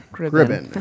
Gribbon